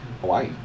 Hawaii